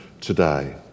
today